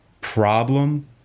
problem